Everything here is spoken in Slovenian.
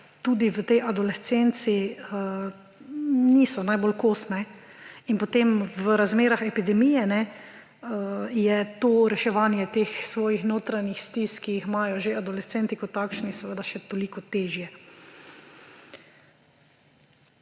tudi v tej adolescenci niso najbolj kos. In potem v razmerah epidemije je to reševanje teh svojih notranjih stisk, ki jih imajo že adolescenti kot takšni, seveda še toliko težje.